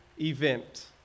event